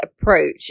approach